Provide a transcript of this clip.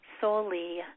solely